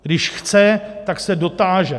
Když chce, tak se dotáže.